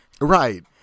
Right